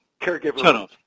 caregiver